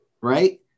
right